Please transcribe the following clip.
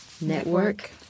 Network